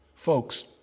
Folks